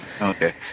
Okay